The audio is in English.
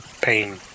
pain